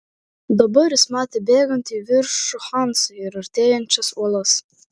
dabar jis matė bėgantį į viršų hansą ir artėjančias uolas